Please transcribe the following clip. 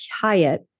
Hyatt